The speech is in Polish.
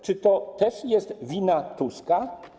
Czy to też jest wina Tuska?